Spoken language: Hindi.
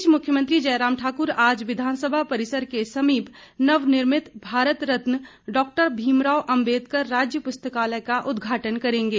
इस बीच मुख्यमंत्री जयराम ठाक्र आज विधानसभा परिसर के समीप नवनिर्मित भारत रत्न डॉक्टर भीम राव अंबेदकर पुस्तकालय का उद्घाटन करेंगे